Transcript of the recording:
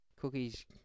Cookies